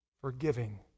forgiving